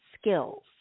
skills